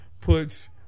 puts